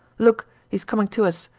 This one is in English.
look, he's coming to us